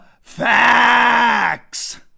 facts